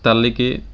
తల్లికి